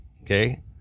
Okay